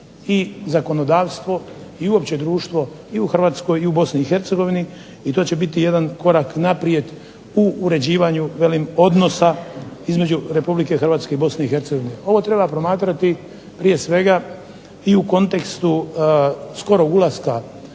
zakonodavstvo i uopće društvo i u HRvatskoj i u BiH i to će biti jedan korak naprijed u uređivanju odnosa između RH i BiH. Ovo treba promatrati prije svega i u kontekstu skorog ulaska